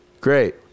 Great